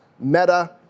Meta